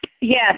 Yes